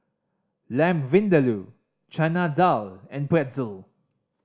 Lamb Vindaloo Chana Dal and Pretzel